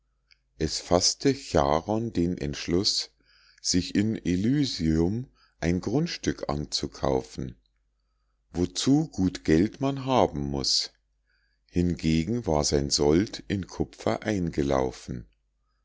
es faßte charon den entschluß sich in elysium ein grundstück anzukaufen wozu gut geld man haben muß hingegen war sein sold in kupfer eingelaufen